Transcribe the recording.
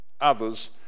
others